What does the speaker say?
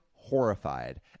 horrified